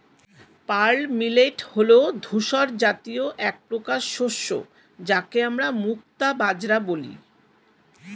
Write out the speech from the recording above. pearl millet হল ধূসর জাতীয় একপ্রকার শস্য যাকে আমরা মুক্তা বাজরা বলি